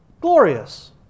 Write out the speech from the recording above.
Glorious